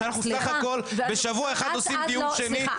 כשאנחנו בסך הכל בשבוע אחד עושים דיון שני --- סליחה,